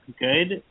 good